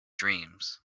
dreams